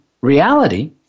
reality